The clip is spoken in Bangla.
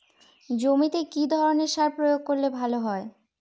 জমিতে কি ধরনের সার প্রয়োগ করলে ভালো হয়?